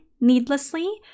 needlessly